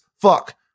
fuck